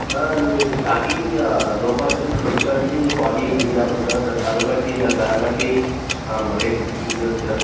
sir అది starting లో cost వచ్చి ట్వంటీ ఫైవ్ నుంచి ఫార్టీ ఫిఫ్టీ దాక ఉంది సార్ దాని కలర్ బట్టి దాని ర్యామ్ బట్టి రేట్ ఫిక్స్ అవుతుంది సార్